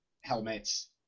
helmets